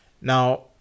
Now